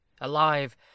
alive